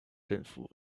政府